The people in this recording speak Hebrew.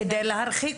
כדי להרחיק